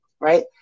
right